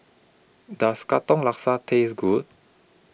Does Katong Laksa Taste Good